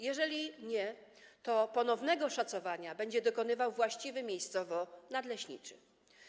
Jeżeli nie, to ponownego szacowania będzie dokonywał właściwy miejscowo nadleśniczy.